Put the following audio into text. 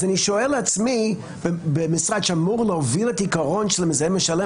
אז אני שואל את עצמי: במשרד שאמור להוביל את העיקרון של המזהם משלם,